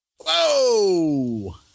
Whoa